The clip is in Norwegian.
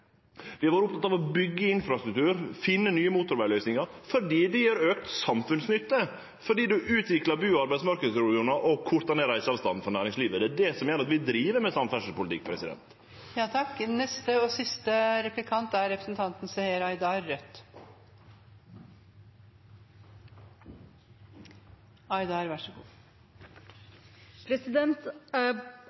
Vi har vore opptekne av å byggje infrastruktur, finne nye motorvegløysingar – fordi det gjev auka samfunnsnytte at ein utviklar bu- og arbeidsmarknadsregionar og kortar ned reiseavstanden for næringslivet. Det er difor vi driv med samferdselspolitikk. Alle, også statsråden, er kjent med